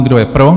Kdo je pro?